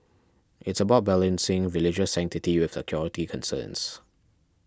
it's about balancing religious sanctity with security concerns